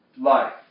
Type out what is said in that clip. life